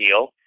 deal